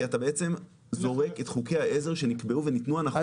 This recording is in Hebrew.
אתה בעצם זורק את חוקי העזר שנקבעו וניתנו הנחות.